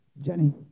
Jenny